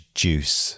juice